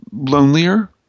lonelier